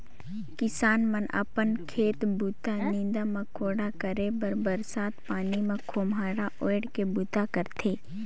किसान मन अपन खेत बूता, नीदा मकोड़ा करे बर बरसत पानी मे खोम्हरा ओएढ़ के बूता करथे